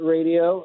Radio